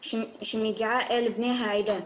שמגיעה אל בני העדה.